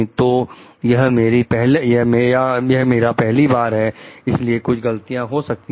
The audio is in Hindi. तो यह मेरा पहली बार है इसलिए कुछ गलतियां की है